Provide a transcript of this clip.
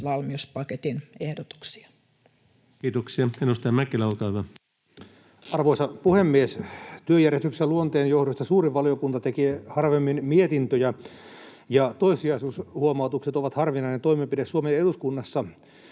(uudelleenlaadittu) Time: 17:08 Content: Arvoisa puhemies! Työjärjestyksen luonteen johdosta suuri valiokunta tekee harvemmin mietintöjä, ja toissijaisuushuomautukset ovat harvinainen toimenpide Suomen eduskunnassa.